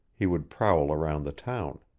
he would prowl around the town.